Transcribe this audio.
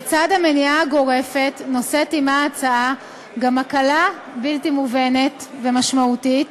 לצד המניעה הגורפת נושאת עמה ההצעה גם הקלה בלתי מובנת ומשמעותית